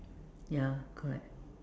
ya correct